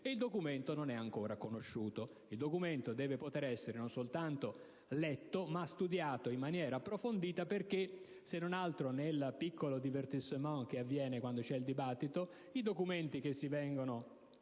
il documento non è ancora conosciuto. Il documento deve poter essere non soltanto letto ma studiato in maniera approfondita, perché, se non altro, nel piccolo *divertissement* che si verifica quando c'è il dibattito, i documenti che si vengono